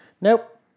Nope